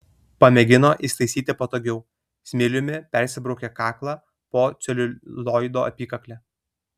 pamėgino įsitaisyti patogiau smiliumi persibraukė kaklą po celiulioido apykakle